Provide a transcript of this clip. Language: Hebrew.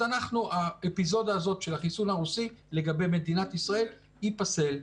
אז האפיזודה הזאת של החיסון הרוסי לגבי מדינת ישראל היא פאסה.